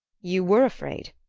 you were afraid?